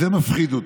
זה מפחיד אותי,